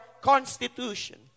constitution